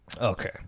Okay